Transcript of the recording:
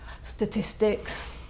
statistics